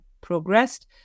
progressed